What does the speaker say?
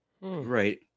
Right